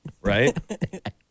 Right